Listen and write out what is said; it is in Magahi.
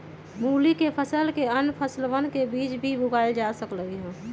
मूली के फसल के अन्य फसलवन के बीच भी उगावल जा सका हई